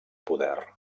poder